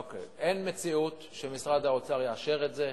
אין מציאות שמשרד האוצר יאשר את זה,